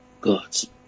gods